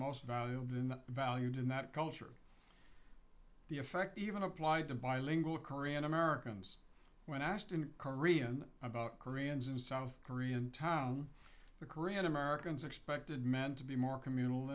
most valuable in the valued in that culture the effect even applied to bilingual korean americans when asked in korean about koreans in south korean town the korean americans expected meant to be more communal